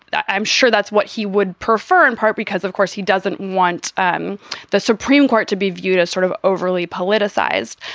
i'm sure that's what he would prefer in part because, of course, he doesn't want um the supreme court to be viewed as sort of overly politicized.